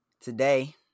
today